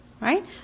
Right